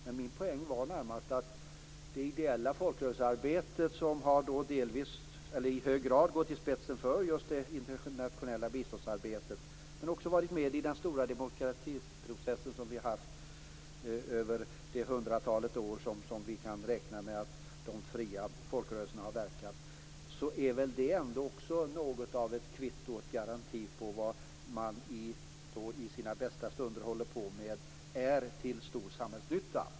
Men min poäng var närmast att det ideella folkrörelsearbete som i hög grad har gått i spetsen för det internationella biståndsarbetet, men även varit med i den stora demokratiprocess som vi har haft över det hundratalet år som vi kan räkna med att de fria folkrörelserna har verkat, är också något av ett kvitto på och en garanti för att det man i sina bästa stunder håller på med är till stor samhällsnytta.